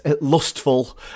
lustful